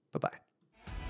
Bye-bye